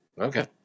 Okay